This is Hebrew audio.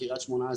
לקריית שמונה,